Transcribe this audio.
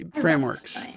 frameworks